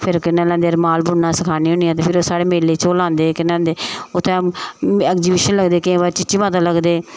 फिर कि'यां लैंदे रमाल बुनना सखानी होनी आं ते फिर ओह् मेले च ओह् लांदे केह् नांऽ उत्थें एग्जीबिशन लगदे केईं बारी चीची माता लगदे